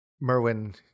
Merwin